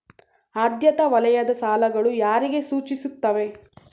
ಆದ್ಯತಾ ವಲಯದ ಸಾಲಗಳು ಯಾರಿಗೆ ಸೂಚಿಸುತ್ತವೆ?